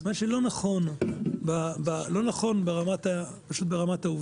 מה שלא נכון ברמת העובדות.